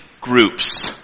groups